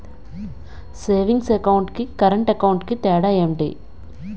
Savings account కి current account కి తేడా ఏమిటి?